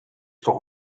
toch